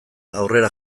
aurrera